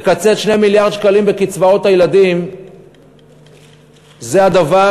לקצץ 2 מיליארד שקלים בקצבאות הילדים זה הדבר